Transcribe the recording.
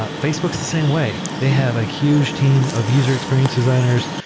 ah facebook is the same way. they have a huge team of user experience designers,